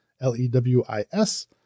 L-E-W-I-S